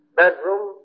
bedroom